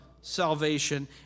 salvation